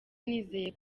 nizeye